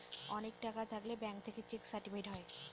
অনেক টাকা থাকলে ব্যাঙ্ক থেকে চেক সার্টিফাইড হয়